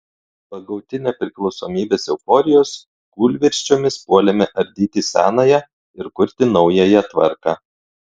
pagauti nepriklausomybės euforijos kūlvirsčiomis puolėme ardyti senąją ir kurti naująją tvarką